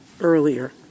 earlier